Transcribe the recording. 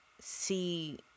see